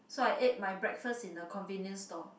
so I ate my breakfast in the convenient store